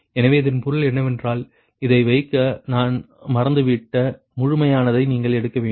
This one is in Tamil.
எனவே இதன் பொருள் என்னவென்றால் இதை வைக்க நான் மறந்துவிட்ட முழுமையானதை நீங்கள் எடுக்க வேண்டும்